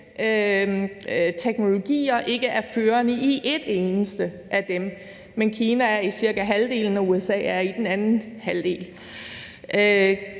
teknologier ikke er førende i en eneste af dem, men hvor Kina er det i cirka halvdelen af dem og USA i den anden halvdel?